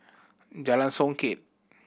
Jalan Songket